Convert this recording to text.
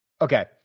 Okay